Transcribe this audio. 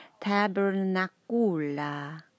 tabernacula